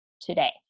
today